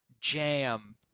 jam